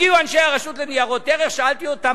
הגיעו אנשי הרשות לניירות ערך ושאלתי אותם,